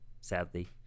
sadly